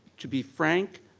to be frank,